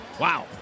Wow